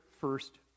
first